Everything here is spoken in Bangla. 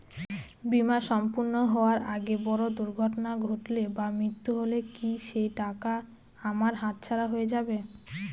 বীমা সম্পূর্ণ হওয়ার আগে বড় দুর্ঘটনা ঘটলে বা মৃত্যু হলে কি সেইটাকা আমার হাতছাড়া হয়ে যাবে?